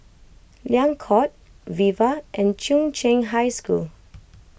Liang Court Viva and Chung Cheng High School